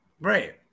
Right